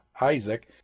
Isaac